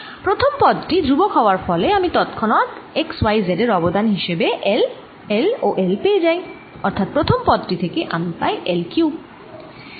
প্রথম পদ টি ধ্রুবক হওয়ার ফলে আমি তৎক্ষণাৎ x y ও z এর অবদান হিসেবে L L ও L পেয়ে যাই অর্থাৎ প্রথম পদ টি থেকে আমি পাই L কিউব